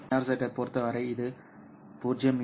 NRZ ஐப் பொறுத்தவரை இது 0